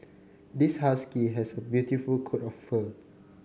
this husky has a beautiful coat of fur